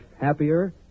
happier